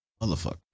Motherfucker